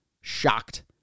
shocked